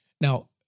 Now